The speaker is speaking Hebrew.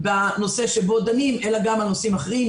על הנושא שבו אנחנו דנים אלא גם על נושאים אחרים.